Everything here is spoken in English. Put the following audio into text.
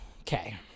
Okay